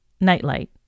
Nightlight